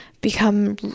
Become